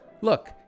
Look